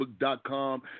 Facebook.com